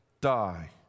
die